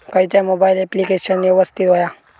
खयचा mobile application यवस्तित होया?